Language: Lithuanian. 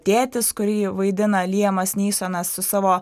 tėtis kurį vaidina lijamas nysonas su savo